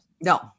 No